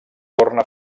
torna